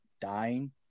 dying